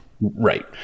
Right